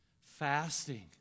Fasting